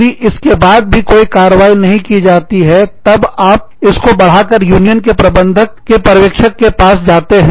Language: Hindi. यदि इसके बाद भी कोई कार्यवाही नहीं होती है तब आप इसको बढ़ाकर यूनियन के प्रबंधक के पर्यवेक्षक के पास जाते हैं